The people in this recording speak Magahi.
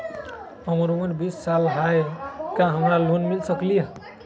हमर उमर बीस साल हाय का हमरा लोन मिल सकली ह?